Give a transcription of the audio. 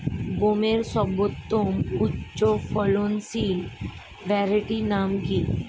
গমের সর্বোত্তম উচ্চফলনশীল ভ্যারাইটি নাম কি?